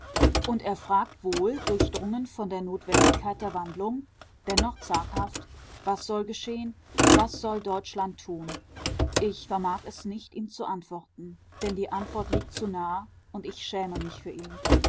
und er fragt wohl durchdrungen von der notwendigkeit der wandlung dennoch zaghaft was soll geschehen was soll deutschland tun ich vermag es nicht ihm zu antworten denn die antwort liegt zu nahe und ich schäme mich für ihn